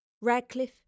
Radcliffe